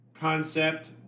concept